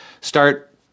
start